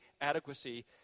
adequacy